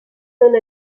donne